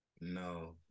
No